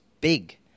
big